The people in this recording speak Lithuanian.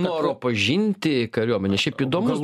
noro pažinti kariuomenės šiaip įdomus